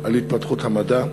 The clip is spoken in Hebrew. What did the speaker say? על התפתחות המדע,